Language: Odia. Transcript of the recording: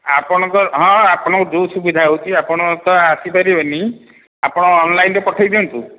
ଆପଣଙ୍କ ହଁ ଆପଣଙ୍କ ଯେଉଁ ସୁବିଧା ହେଉଛି ଆପଣ ତ ଆସିପାରିବେନି ଆପଣ ଅନ୍ଲାଇନ୍ରେ ପଠେଇ ଦିଅନ୍ତୁ